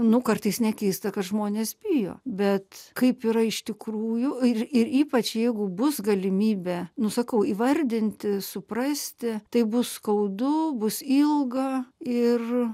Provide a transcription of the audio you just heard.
nu kartais nekeista kad žmonės bijo bet kaip yra iš tikrųjų ir ir ypač jeigu bus galimybė nu sakau įvardinti suprasti tai bus skaudu bus ilga ir